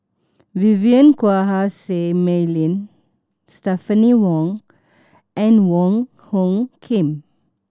Vivien Quahe Seah Mei Lin Stephanie Wong and Wong Hung Khim